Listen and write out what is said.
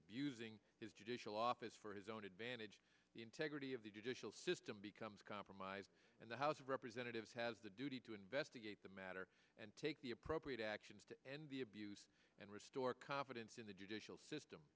abusing his judicial office for his own advantage the integrity of the judicial system becomes compromised and the house of representatives has the duty to investigate the matter and take the appropriate actions to end the abuse and restore confidence in the judicial system